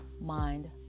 Mind